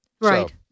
Right